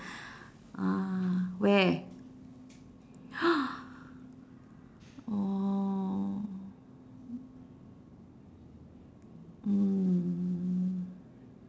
ah where orh mm